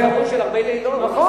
יש אפשרות של הרבה לילות.